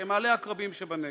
במעלה עקרבים שבנגב.